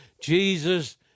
Jesus